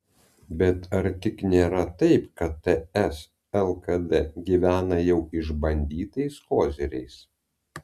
bet ar tik nėra taip kad ts lkd gyvena jau išbandytais koziriais